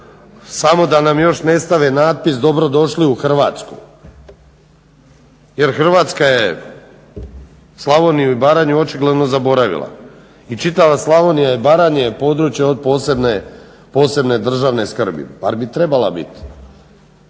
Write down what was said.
samo da nam još ne stave natpis dobrodošli u Hrvatsku. Jer Hrvatska je Slavoniju i Baranju očigledno zaboravila i čitava Slavonija i Baranja je područje od posebne državne skrbi, bar bi trebala biti.